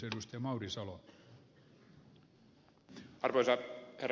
arvoisa herra puhemies